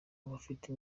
abafite